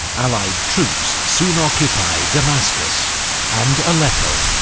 allied troops soon occupy damascus and aleppo.